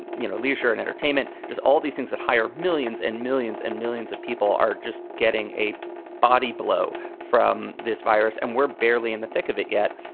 you know, leisure and entertainment. there's all these things that hire millions and millions and millions of people are just getting a body blow from this virus. and we're barely in the thick of it yet.